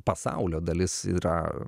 pasaulio dalis yra